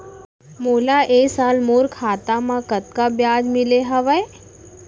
मोला ए साल मोर खाता म कतका ब्याज मिले हवये?